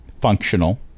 functional